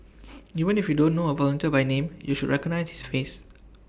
even if you don't know A volunteer by name you should recognise his face